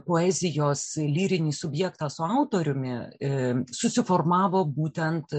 poezijos lyrinį subjektą su autoriumi susiformavo būtent